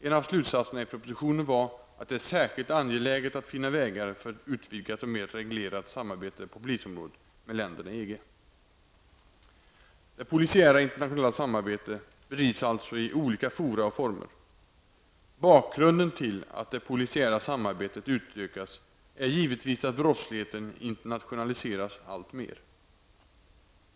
En av slutsatserna i propositionen var att det är särskilt angeläget att finna vägar för ett utvidgat och mer reglerat samarbete på polisområdet med länderna i EG. Det polisiära internationella samarbetet bedrivs alltså i olika fora och former. Bakgrunden till att det polisiära samarbetet utökas är givetvis att brottsligheten internationaliseras alltmer.